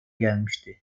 gelmişti